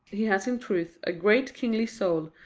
he has in truth a great, kingly soul,